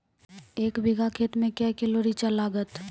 एक बीघा खेत मे के किलो रिचा लागत?